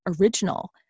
original